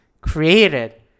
Created